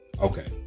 Okay